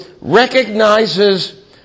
recognizes